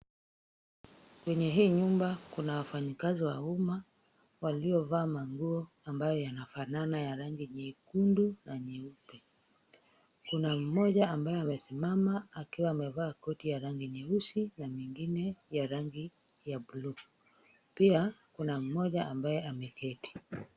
Kwenye hii nyumba kuna wafanyikazi wa umma, waliovaa manguo ambayo yanafanana ya rangi nyekundu na nyeupe. Kuna mmoja ambaye amesimama akiwa amevaa koti ya rangi nyeusi na mwingine ya rangi ya blue . Pia, kuna mmoja ambaye ameketi.